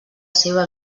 seva